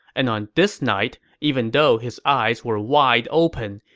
and on this night, even though his eyes were wide open,